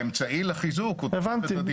האמצעי לחיזוק הוא תוספת הדירות.